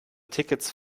tickets